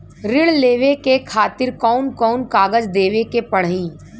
ऋण लेवे के खातिर कौन कोन कागज देवे के पढ़ही?